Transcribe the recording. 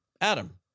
Adam